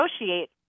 negotiate